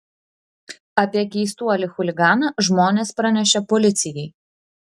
apie keistuolį chuliganą žmonės pranešė policijai